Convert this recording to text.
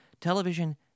Television